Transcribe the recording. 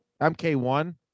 MK1